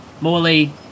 Morley